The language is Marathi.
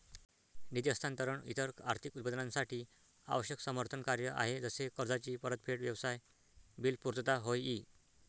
निधी हस्तांतरण इतर आर्थिक उत्पादनांसाठी आवश्यक समर्थन कार्य आहे जसे कर्जाची परतफेड, व्यवसाय बिल पुर्तता होय ई